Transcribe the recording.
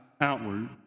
outward